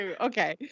okay